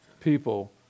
people